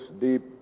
deep